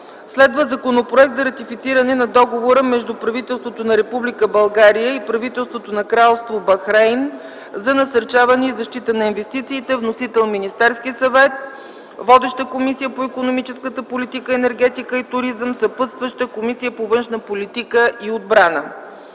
Законопроект за ратифициране на Договора между правителството на Република България и правителството на Кралство Бахрейн за насърчаване и защита на инвестициите. Вносител е Министерският съвет. Водеща е Комисията по икономическата политика, енергетика и туризъм. Съпътстваща е Комисията по външна политика и отбрана.